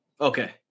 Okay